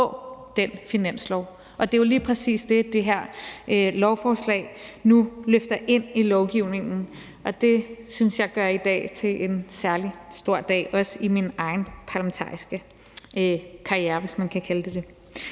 stofindtagelsesrum på. Det er jo lige præcis det, det her lovforslag nu løfter ind i lovgivningen, og det synes jeg gør i dag til en særligt stor dag, også i min egen parlamentariske karriere, hvis man kan kalde det det.